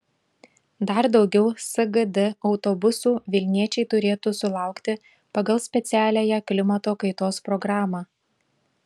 dar daugiau sgd autobusų vilniečiai turėtų sulaukti pagal specialiąją klimato kaitos programą